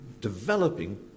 developing